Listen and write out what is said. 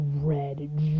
red